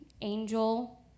angel